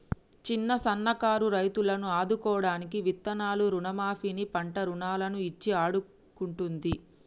చిన్న సన్న కారు రైతులను ఆదుకోడానికి విత్తనాలను రుణ మాఫీ ని, పంట రుణాలను ఇచ్చి ఆడుకుంటుంది